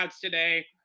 today